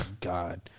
God